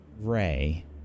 Ray